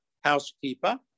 housekeeper